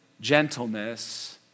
gentleness